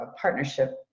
partnership